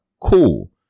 Cool